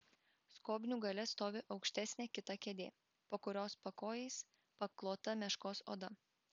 skobnių gale stovi aukštesnė kita kėdė po kurios pakojais paklota meškos oda